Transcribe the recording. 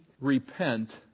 repent